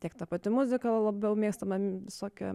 tiek ta pati muzika labiau mėgstama visokia